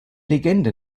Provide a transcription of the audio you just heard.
legende